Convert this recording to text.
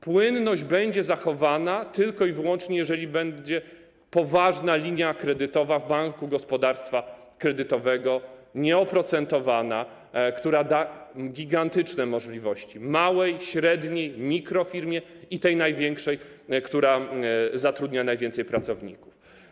Płynność będzie zachowana tylko i wyłącznie, jeżeli będzie poważna linia kredytowa w Banku Gospodarstwa Krajowego, nieoprocentowana, która da gigantyczne możliwości małej, średniej firmie, mikrofirmie i tej największej firmie, która zatrudnia najwięcej pracowników.